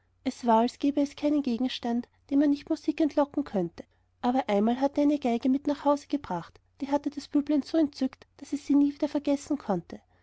es war als gäbe es keinen gegenstand dem er nicht musik entlocken könnte aber einmal hatte er eine geige mit nach hause gebracht die hatte das büblein so entzückt daß es sie nie wieder vergessen konnte